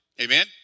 Amen